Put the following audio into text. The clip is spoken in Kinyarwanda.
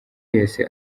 yahise